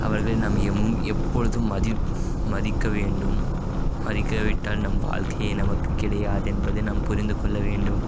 அவர்களை நாம் எம் எப்பொழுதும் மதிப் மதிக்க வேண்டும் மதிக்காவிட்டால் நம் வாழ்க்கையே நமக்கு கிடையாது என்பது நம் புரிந்துக்கொள்ள வேண்டும்